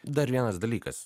dar vienas dalykas